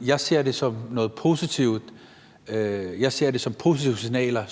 eller fået snakket sammen. Men jeg ser det som positive signaler,